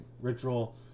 ritual